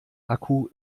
akku